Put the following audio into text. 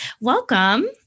Welcome